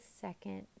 second